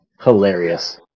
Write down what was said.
Hilarious